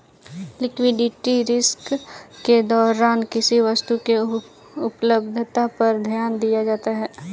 liquidity risk के दौरान किसी वस्तु की उपलब्धता पर ध्यान दिया जाता है